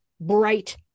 bright